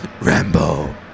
Rambo